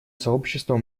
сообщество